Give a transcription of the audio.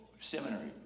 seminary